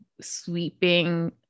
sweeping